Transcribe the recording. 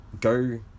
go